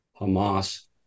Hamas